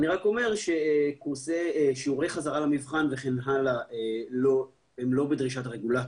אני רק אומר ששיעורי חזרה למבחן וכן הלאה הם לא בדרישת הרגולטור.